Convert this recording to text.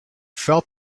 felt